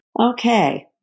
okay